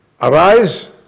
arise